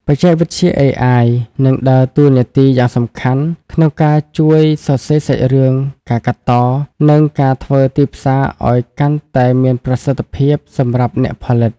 បច្ចេកវិទ្យា AI នឹងដើរតួនាទីយ៉ាងសំខាន់ក្នុងការជួយសរសេរសាច់រឿង ការកាត់ត និងការធ្វើទីផ្សារឱ្យកាន់តែមានប្រសិទ្ធភាពសម្រាប់អ្នកផលិត។